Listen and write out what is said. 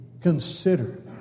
consider